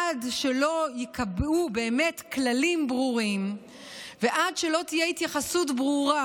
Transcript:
עד שלא ייקבעו באמת כללים ברורים ועד שלא תהיה התייחסות ברורה